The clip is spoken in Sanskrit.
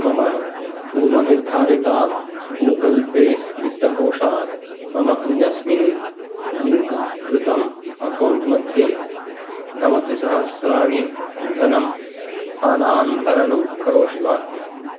मम पूर्वनिर्धारितात् गूगल् पे वित्तकोषात् मम अन्यस्मिन् लिङ्क् कृतम् अक्कौण्ट् मध्ये नवतिसहस्राणि धनं स्थानान्तरणं करोषि वा